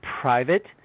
private